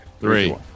three